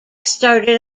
started